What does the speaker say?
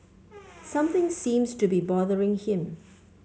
something seems to be bothering him